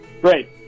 Great